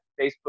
Facebook